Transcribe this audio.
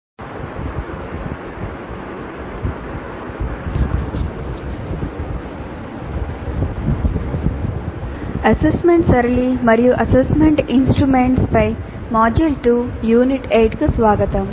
శుభాకాంక్షలు module 2 unit 8 assessment patterns and assessment instruments కు స్వాగతం